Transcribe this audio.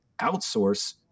outsource